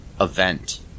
Event